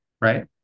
right